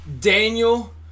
Daniel